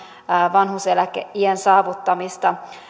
vanhuuseläkeiän saavuttamista